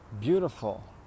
beautiful